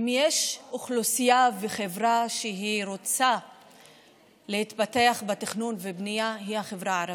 אם יש אוכלוסייה וחברה שרוצה להתפתח בתכנון ובנייה זו החברה הערבית,